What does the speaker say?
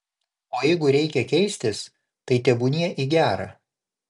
o jeigu reikia keistis tai tebūnie į gera